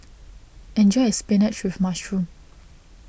enjoy your Spinach with Mushroom